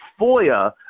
FOIA